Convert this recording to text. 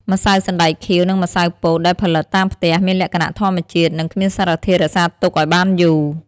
ម្សៅសណ្តែកខៀវ និងម្សៅពោតដែលផលិតតាមផ្ទះ មានលក្ខណៈធម្មជាតិ និងគ្មានសារធាតុរក្សាទុកឱ្យបានយូរ។